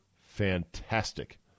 fantastic